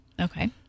Okay